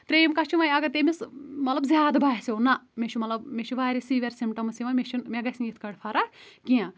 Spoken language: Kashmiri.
ترٛییِم کَتھ چھِ وۄنۍ اگر تٔمِس مطلب زیادٕ باسیو نہ مے چُھ مطلب مے چھِ واریاہ سِوییر سِمپٹَمٕز یوان مےٚ چھ نہٕ مےٚ گَژھِ نہٕ یِتھ پٲٹھۍ فَرق کیٚنٛہہ